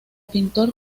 pintor